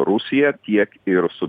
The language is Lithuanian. rusija tiek ir su